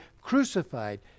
crucified